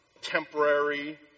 temporary